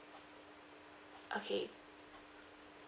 okay